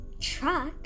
truck